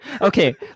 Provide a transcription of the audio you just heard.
Okay